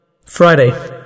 Friday